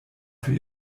für